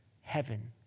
heaven